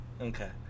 Okay